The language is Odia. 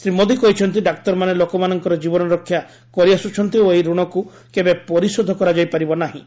ଶ୍ରୀ ମୋଦି କହିଛନ୍ତି ଡାକ୍ତରମାନେ ଲୋକମାନଙ୍କର ଜୀବନ ରକ୍ଷା କରିଆସୁଛନ୍ତି ଓ ଏହି ଋଣକୁ କେବେ ପରିଶୋଧ କରାଯାଇପାରିବ ନାହିଁ